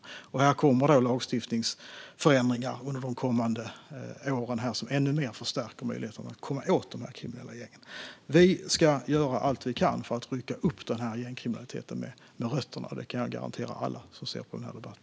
I fråga om detta kommer det lagstiftningsförändringar under de kommande åren som ännu mer förstärker möjligheterna att komma åt de kriminella gängen. Vi ska göra allt vi kan för att rycka upp denna gängkriminalitet med rötterna. Det kan jag garantera alla som ser på denna debatt.